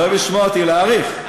אתה אוהב לשמוע אותי, להאריך.